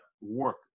work